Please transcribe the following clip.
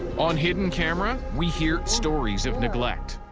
on hidden camera, we hear stories of neglect.